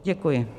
Děkuji.